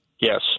Yes